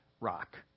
rock